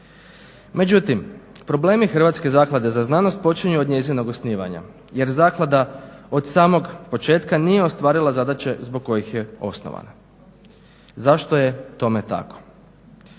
Međutim, problemi Hrvatske zaklade za znanost počinje od njezinog osnivanja jer zaklada od samog početka nije ostvarila zadaće zbog kojih je osnovana. Zašto je tome tako?